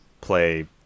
play